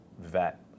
vet